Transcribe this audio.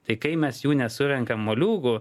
tai kai mes jų nesurenkam moliūgu